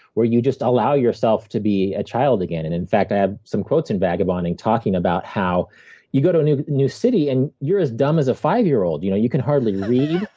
where you just allow yourself to be a child again. and in fact, i have some quotes in vagabonding talking about how you go to a new new city, and you're as dumb as a five-year-old. you know you can hardly read.